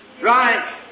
Right